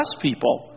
people